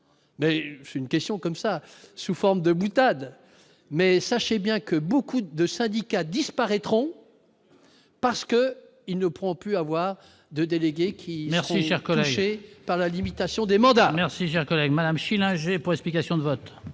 mais une question comme ça, sous forme de boutade mais sachez bien que beaucoup de syndicats disparaîtront parce que ils ne pourront plus avoir de délégués qui merci, cher collège chez par la limitation des mandats. Si j'ai un collègue Madame Schillinger pour explication de vote.